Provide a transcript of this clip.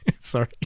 Sorry